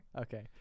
Okay